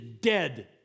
dead